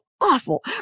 awful